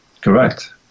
Correct